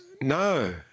No